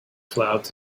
clouds